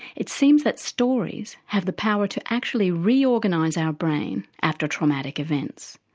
it seems that stories have the power to actually reorganise our brain after traumatic events.